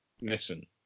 listen